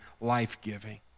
life-giving